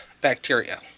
bacteria